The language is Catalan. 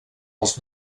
els